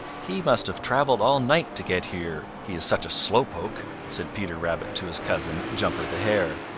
he must have traveled all night to get here he is such a slow-poke, said peter rabbit to his cousin, jumper the hare.